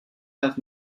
have